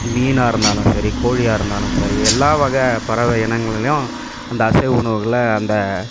மீனாகருந்தாலும் சரி கோழியாகருந்தாலும் சரி எல்லா வகை பறவை இனங்களிலையும் அந்த அசைவ உணவுகளை அந்த